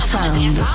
Sound